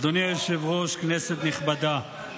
אדוני היושב-ראש, כנסת נכבדה,